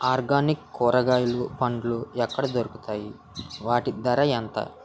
Organic కూరగాయలు పండ్లు ఎక్కడ దొరుకుతాయి? వాటి ధర ఎంత?